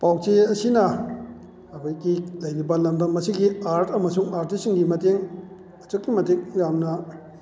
ꯄꯥꯎꯆꯦ ꯑꯁꯤꯅ ꯑꯩꯈꯣꯏꯒꯤ ꯂꯩꯔꯤꯕ ꯂꯝꯗꯝ ꯑꯁꯤꯒꯤ ꯑꯥꯔꯠ ꯑꯃꯁꯨꯡ ꯑꯥꯔꯇꯤꯁꯁꯤꯡꯒꯤ ꯃꯇꯦꯡ ꯑꯗꯨꯛꯀꯤ ꯃꯇꯤꯛ ꯌꯥꯝꯅ